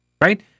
Right